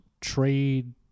trade